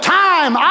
time